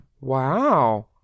Wow